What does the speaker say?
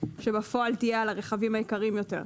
שבפועל תהיה על הרכבים היקרים יותר.